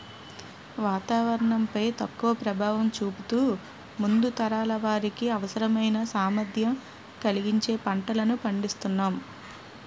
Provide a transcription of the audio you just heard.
వాతావరణం పై తక్కువ ప్రభావం చూపుతూ ముందు తరాల వారికి అవసరమైన సామర్థ్యం కలిగించే పంటలను పండిస్తునాం